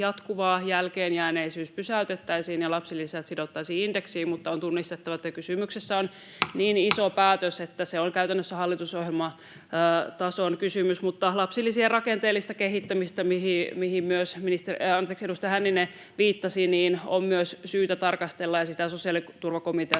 jälkeenjääneisyys pysäytettäisiin ja lapsilisät sidottaisiin indeksiin. On tunnistettava, että kysymyksessä on niin iso päätös, että se on käytännössä hallitusohjelmatason kysymys. Lapsilisien rakenteellista kehittämistä, mihin myös edustaja Hänninen viittasi, on myös syytä tarkastella, [Puhemies